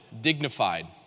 dignified